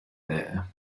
there